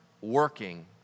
working